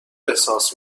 احساس